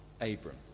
Abram